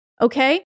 okay